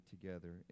together